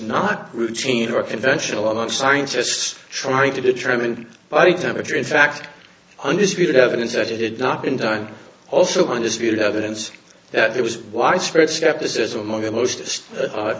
not routine or conventional among scientists trying to determine body temperature in fact undisputed evidence that it did not in time also i disputed evidence that there was widespread skepticism among the most